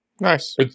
Nice